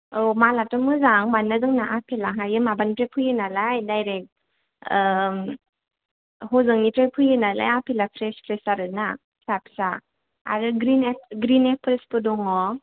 औ मालाथ' मोजां मानोना जोंना आपेला हायो माबानिफ्राय फैयोनालाय दायरेख ह'जोंनिफ्राय फैयो नालाय आपेला फ्रेस फ्रेस आरोना फिसा फिसा आरो ग्रिन आपेलसबो दं